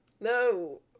No